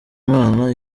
imana